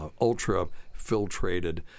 ultra-filtrated